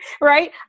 right